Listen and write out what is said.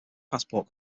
passport